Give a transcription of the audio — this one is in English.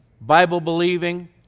Bible-believing